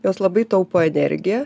jos labai taupo energiją